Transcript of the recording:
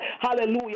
hallelujah